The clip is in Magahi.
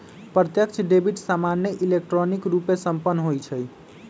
प्रत्यक्ष डेबिट सामान्य इलेक्ट्रॉनिक रूपे संपन्न होइ छइ